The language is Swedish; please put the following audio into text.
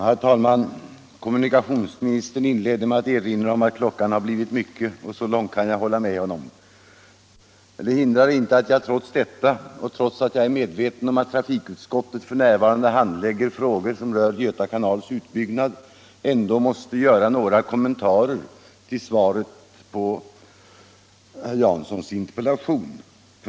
Herr talman! Kommunikationsministern inledde med att erinra om att klockan blivit mycket. Så långt kan jag hålla med honom. Trots detta och trots att jag är medveten om att trafikutskottet f. n. handlägger frågor som rör Göta kanals utbyggnad måste jag ändå göra några kommentarer till svaret på herr Janssons interpellation.